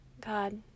God